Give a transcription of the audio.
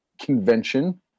convention